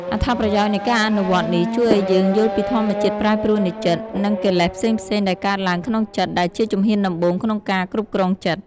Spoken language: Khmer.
អត្ថប្រយោជន៍នៃការអនុវត្តន៍នេះជួយឲ្យយើងយល់ពីធម្មជាតិប្រែប្រួលនៃចិត្ត និងកិលេសផ្សេងៗដែលកើតឡើងក្នុងចិត្ត ដែលជាជំហានដំបូងក្នុងការគ្រប់គ្រងចិត្ត។